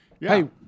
Hey